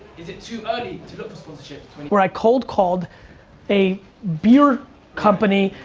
is it too early to look for sponsorship? when i cold called a beer company.